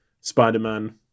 spider-man